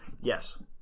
Yes